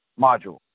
module